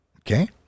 okay